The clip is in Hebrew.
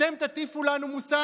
אתם תטיפו לנו מוסר?